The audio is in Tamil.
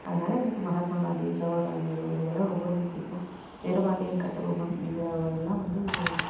அதனால் எனக்கு மகாத்மா காந்தி ஜவஹர்லால் நேரு இவங்களையெல்லாம் ரொம்ப ரொம்ப பிடிக்கும் வீரபாண்டிய கட்டபொம்மன் இவங்கள எல்லாம் வந்து